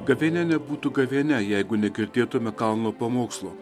gavėnia nebūtų gavėnia jeigu negirdėtumėme kalno pamokslų